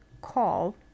call